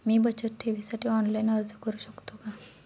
मी बचत ठेवीसाठी ऑनलाइन अर्ज करू शकतो का?